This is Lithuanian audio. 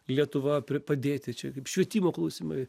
lietuva pr padėti čia kaip švietimo klausimai